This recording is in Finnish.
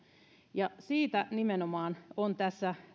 siitä nimenomaan on tässä